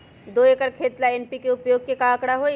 दो एकर खेत ला एन.पी.के उपयोग के का आंकड़ा होई?